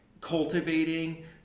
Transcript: cultivating